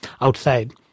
outside